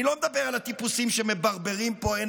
אני לא מדבר על הטיפוסים שמברברים פה: אין